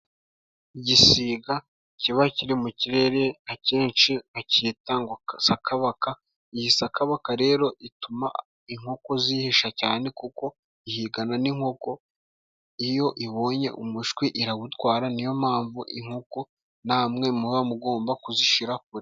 Igisiga kiba kiri mu kirere akenshi bacyita ngo sakabaka, iyi sakabaka rero ituma inkoko zihisha cyane kuko ihigana n'inkoko, iyo ibonye umushwi irawutwara niyo mpamvu inkoko namwe muba mugomba kuzishira kure.